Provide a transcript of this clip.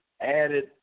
added